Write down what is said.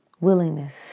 Willingness